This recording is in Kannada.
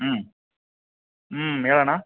ಹ್ಞೂಂ ಹ್ಞೂಂ ಹೇಳಣ್ಣ